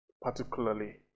particularly